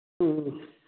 ꯎꯝ ꯎꯝ